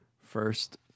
first